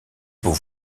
beau